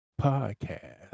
podcast